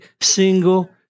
single